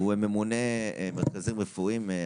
ממונה על מרכזים רפואיים.